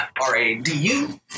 R-A-D-U